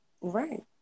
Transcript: Right